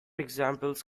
examples